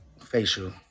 Facial